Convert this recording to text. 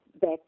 back